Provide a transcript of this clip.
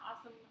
awesome